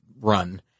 run